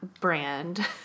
brand